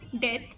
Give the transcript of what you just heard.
death